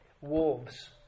Wolves